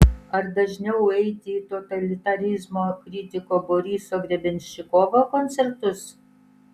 ar dažniau eiti į totalitarizmo kritiko boriso grebenščikovo koncertus